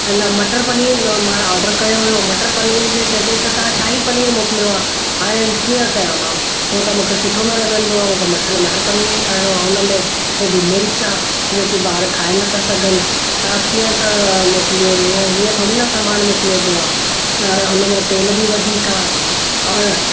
हिन मटर पनीर न मां ऑडर कयो हुओ मटर पनीर जे जॻह त तव्हां शाही पनीर मोकिलियो आहे हाणे कीअं कयां मां उहो त मुखे सुठे न लॻंदो आहे मूंखे मटर मटर पनीर ई खाइणो आहे हुन में हेॾी मिर्च आहे जेके ॿार खाए नथा सघनि तव्हां कीअं त मोकिलियो हीअं हीअं थोरी न सामान मोकिलियो बि आ हुन में तेल बि वधीक आहे और